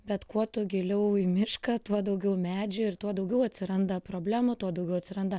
bet kuo tu giliau į mišką tuo daugiau medžių ir tuo daugiau atsiranda problemų tuo daugiau atsiranda